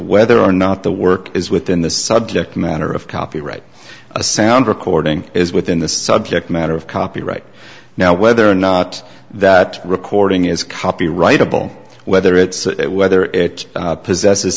whether or not the work is within the subject matter of copyright a sound recording is within the subject matter of copyright now whether or not that recording is copyrightable whether it's whether it possesses